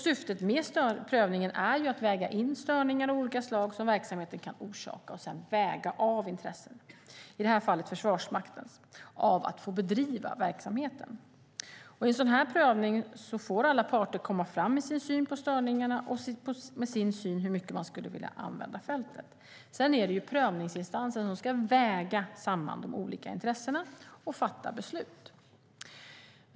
Syftet med prövningen är att väga in störningar av olika slag som verksamheten kan orsaka och sedan avväga, i det här fallet, Försvarsmaktens intressen av att få bedriva verksamheten. I en sådan här prövning kan alla parter komma in med sin syn på störningarna och sin syn på hur mycket man skulle vilja använda fältet. Sedan är det prövningsinstansen som ska väga samman de olika intressena och fatta beslut.